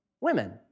women